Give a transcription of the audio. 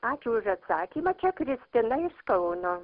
ačiū už atsakymą čia kristina iš kauno